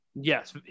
Yes